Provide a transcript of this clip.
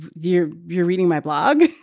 ah you're you're reading my blog